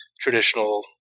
traditional